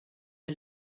der